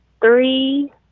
three